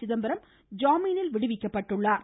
சிதம்பரம் ஜாமினில் விடுவிக்கப் பட்டுள்ளார்